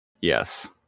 Yes